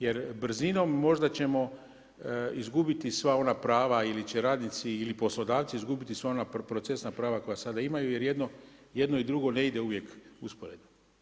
Jer brzinom možda ćemo izgubiti sva ona prava ili će radnici ili poslodavci izgubiti sva ona procesna prava koja sada imaju jer jedno i drugo ne ide uvijek usporedno.